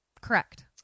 correct